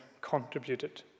contributed